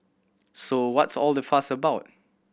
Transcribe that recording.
so what's all the fuss about